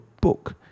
book